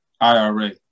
IRA